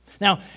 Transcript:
Now